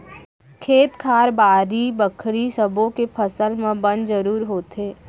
खेत खार, बाड़ी बखरी सब्बो के फसल म बन जरूर होथे